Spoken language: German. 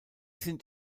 sind